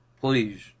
Please